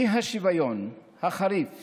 האי-שוויון החריף